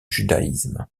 judaïsme